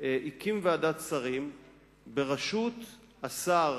הקים ועדת שרים בראשות השר